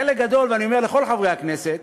חלק גדול, ואני אומר לכל חברי הכנסת,